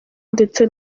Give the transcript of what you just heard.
ndetse